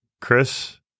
Chris